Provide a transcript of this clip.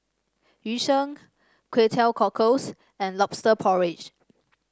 Yu Sheng Kway Teow Cockles and lobster porridge